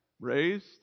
raised